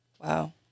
Wow